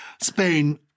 Spain